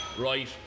right